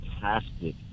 fantastic